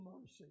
mercy